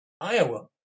Iowa